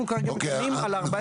אנחנו כרגע מדברים על 14 שנים.